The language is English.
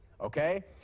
okay